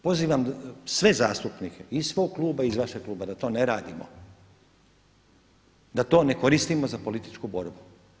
Pozivam sve zastupnike iz svog kluba i iz vašeg kluba da to ne radimo, da to ne koristimo za političku borbu.